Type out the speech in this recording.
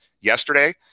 yesterday